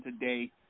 Today